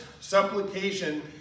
supplication